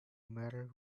matter